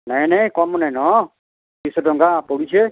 ନାହିଁ ନାହିଁ କମ୍ ନାଇଁନ ଦୁଇ ଶହ ଟଙ୍କା ପଡ଼ୁଛେ